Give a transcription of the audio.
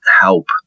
help